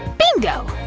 bingo!